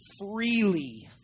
freely